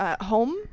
Home